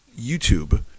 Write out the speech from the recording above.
YouTube